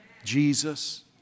Jesus